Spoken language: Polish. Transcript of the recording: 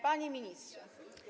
Panie Ministrze!